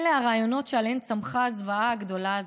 אלה הרעיונות שעליהם צמחה הזוועה הגדולה הזאת,